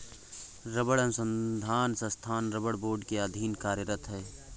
रबड़ अनुसंधान संस्थान रबड़ बोर्ड के अधीन कार्यरत है